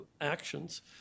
actions